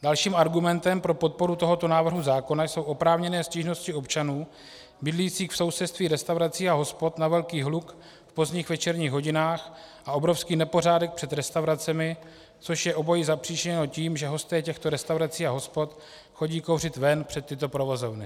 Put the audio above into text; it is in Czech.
Dalším argumentem pro podporu tohoto návrhu zákona jsou oprávněné stížnosti občanů bydlících v sousedství restaurací a hospod na velký hluk v pozdních večerních hodinách a obrovský nepořádek před restauracemi, což je obojí zapříčiněno tím, že hosté těchto restaurací a hospod chodí kouřit ven před tyto provozovny.